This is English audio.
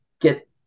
get